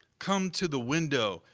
come to the window,